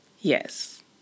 Yes